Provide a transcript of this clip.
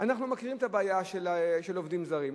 אנחנו מכירים את הבעיה של עובדים זרים.